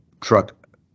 truck